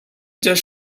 just